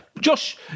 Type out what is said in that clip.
Josh